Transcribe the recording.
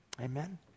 amen